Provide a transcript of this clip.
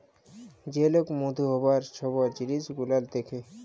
যে লক মধু হ্যবার ছব জিলিস গুলাল দ্যাখে